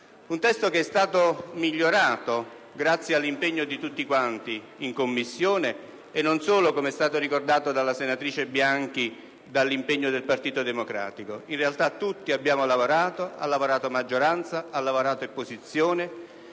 un testo che è stato migliorato grazie all'impegno di tutti quanti in Commissione e non solo, come ricordato dalla senatrice Bianchi, dall'impegno del Partito Democratico. In realtà, tutti abbiamo lavorato, maggioranza e opposizione;